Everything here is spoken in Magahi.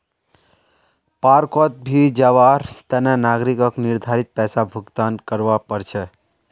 पार्कोंत भी जवार तने नागरिकक निर्धारित पैसा भुक्तान करवा पड़ छे